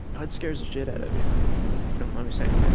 ah it scares the shit out of you, if you don't mind me saying that.